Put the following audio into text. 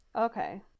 Okay